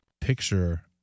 picture